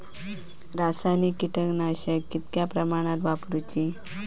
रासायनिक कीटकनाशका कितक्या प्रमाणात वापरूची?